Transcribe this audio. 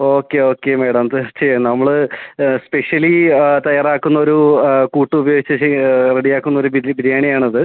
okay okay madam ത് ചെയ് നമ്മള് സ്പെഷ്യലി തയ്യാറാക്കുന്ന ഒരു കൂട്ട് ഉപയോഗിച്ച് ചെയ് റെഡിയാക്കുന്ന ഒരു ബിരിയാണിയാണ് അത്